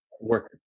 work